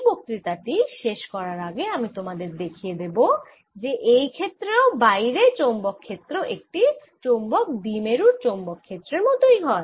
এই বক্তৃতা টি শেষ করার আগে আমি তোমাদের দেখিয়ে দেব যে এই ক্ষেত্রেও বাইরে চৌম্বক ক্ষেত্র একটি চৌম্বক দ্বিমেরুর চৌম্বক ক্ষেত্রের মতই হয়